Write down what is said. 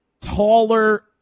Taller